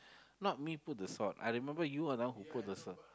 not me put the salt I remember you are the one who put the salt